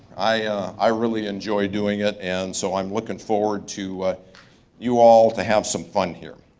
i really enjoyed doing it, and so i'm looking forward to you all to have some fun here.